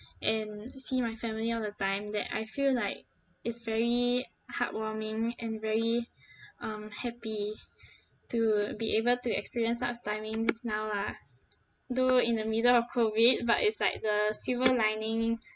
and see my family all the time that I feel like it's very heartwarming and very um happy to be able to experience such timings now lah though in the middle of COVID but it's like the silver lining